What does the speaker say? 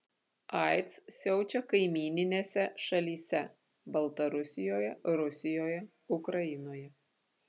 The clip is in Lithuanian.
aids siaučia kaimyninėse šalyse baltarusijoje rusijoje ukrainoje